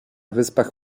wyspach